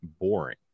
boring